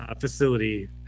facility